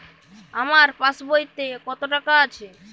আমার পাসবইতে কত টাকা আছে?